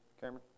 Cameron